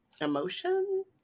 emotion